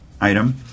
item